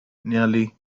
nearly